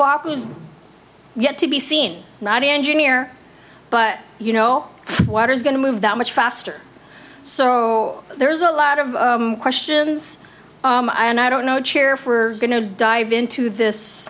is yet to be seen not engineer but you know water's going to move that much faster so there's a lot of questions and i don't know chair for going to dive into this